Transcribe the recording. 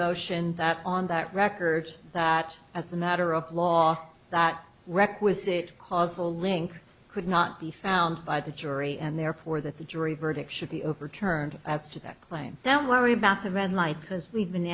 motion that on that record that as a matter of law that requisite causal link could not be found by the jury and therefore that the jury verdict should be overturned as to that claim that worry about the red light because we've been